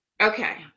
Okay